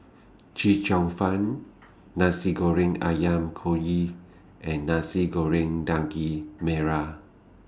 Chee Cheong Fun Nasi Goreng Ayam Kunyit and Nasi Goreng Daging Merah